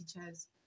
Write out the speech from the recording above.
teachers